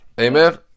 Amen